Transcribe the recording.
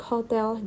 Hotel